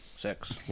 Six